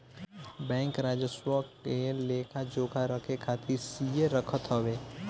bank राजस्व क लेखा जोखा रखे खातिर सीए रखत हवे